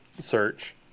search